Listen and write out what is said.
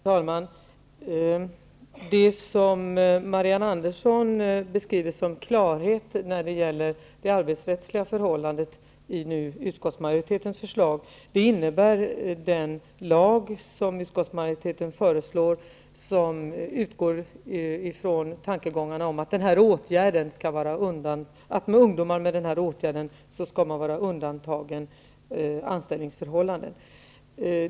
Herr talman! Det som Marianne Andersson beskriver som klarhet i utskottsmajoritetens förslag när det gäller det arbetsrättsliga förhållandet innebär den lag som utskottsmajoriteten föreslår, som utgår från tankegångarna att man med den här åtgärden skall vara undantagen från anställningsförhållandet.